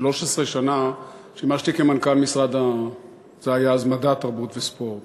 13 שנה, שימשתי מנכ"ל משרד המדע, התרבות והספורט